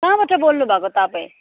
कहाँबाट बोल्नुभएको तपाईँ